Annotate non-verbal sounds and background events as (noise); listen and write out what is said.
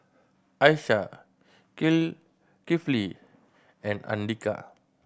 Aishah (unintelligible) Kifli and Andika